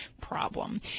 problem